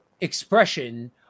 expression